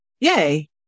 yay